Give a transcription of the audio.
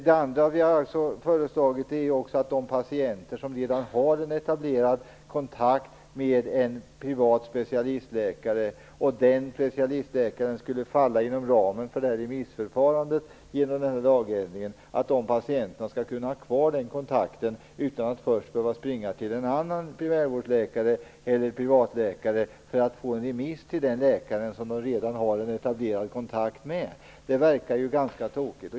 Det andra som vi har föreslagit är att de patienter som redan har en etablerad kontakt med en privat specialistläkare, som genom denna lagändring skulle falla inom ramen för remissförfarandet, skulle få ha kvar den kontakten utan att först behöva gå till en annan primärvårdsläkare eller privatläkare för att få en remiss till den läkare som de redan har en etablerad kontakt med. Det verkar ju ganska tokigt.